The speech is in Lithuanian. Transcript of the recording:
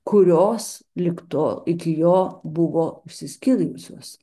kurios lig tol iki jo buvo išsiskyrusios